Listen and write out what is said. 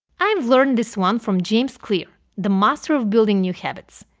i've learned this one from james clear the master of building new habits.